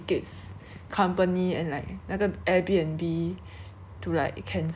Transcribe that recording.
to like cancel and then 他们都一直讲不可以 cancel ah 什么